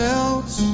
else